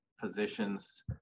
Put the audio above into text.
positions